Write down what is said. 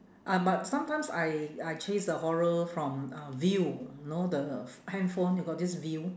ah but sometimes I I chase the horror from uh viu you know the handphone they got this viu